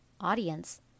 audience